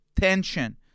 tension